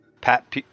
pat